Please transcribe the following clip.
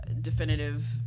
definitive